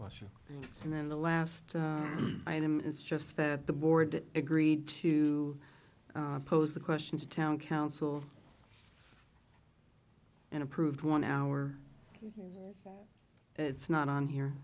question and then the last item is just that the board agreed to pose the question to town council and approved one hour it's not on here